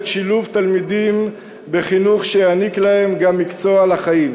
שילוב תלמידים בחינוך שיעניק להם גם מקצוע לחיים.